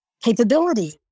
capability